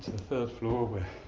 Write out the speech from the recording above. third floor where